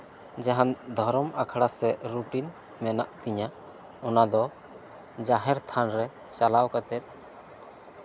ᱡᱟᱦᱟᱱ ᱫᱷᱚᱨᱚᱢ ᱟᱠᱷᱲᱟ ᱥᱮ ᱨᱩᱴᱤᱱ ᱢᱮᱱᱟᱜ ᱛᱤᱧᱟ ᱚᱱᱟ ᱫᱚ ᱡᱟᱦᱮᱸᱨ ᱛᱷᱟᱱᱨᱮ ᱪᱟᱞᱟᱣ ᱠᱟᱛᱮᱜ